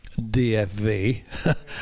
DFV